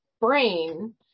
brain